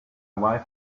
wife